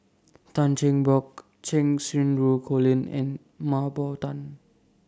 Tan Cheng Bock Cheng Xinru Colin and Mah Bow Tan